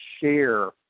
share